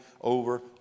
over